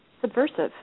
subversive